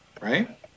Right